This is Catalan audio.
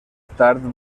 tard